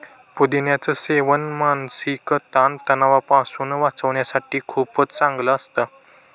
पुदिन्याच सेवन मानसिक ताण तणावापासून वाचण्यासाठी खूपच चांगलं असतं